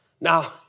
Now